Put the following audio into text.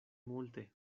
multe